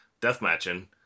deathmatching